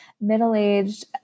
middle-aged